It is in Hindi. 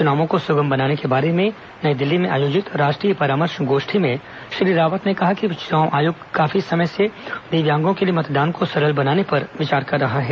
चुनावों को सुगम बनाने के बारे में नई दिल्ली में आयोजित राष्ट्रीय परामर्श गोष्ठी में श्री रावत ने कहा कि चुनाव आयोग काफी समय से दिव्यांगों के लिए मतदान को सरल बनाने पर विचार कर रहा है